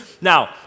Now